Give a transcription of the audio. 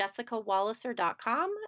jessicawalliser.com